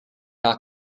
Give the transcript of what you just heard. are